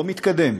לא מתקדם,